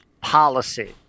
policy